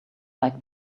like